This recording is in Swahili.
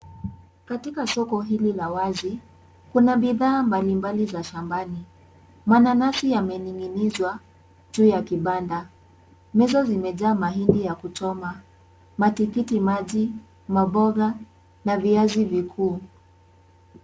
Katika soko hili la wazi, kuna bidhaa mbalimbali za shambani. Mananasi yamening'inizwa juu ya kibanda, meza zimejaa mahindi ya kuchoma, matikitimaji, maboga na viazi vikuu.